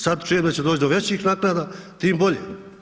Sad čujem da će doći do većih naknada, tim bolje.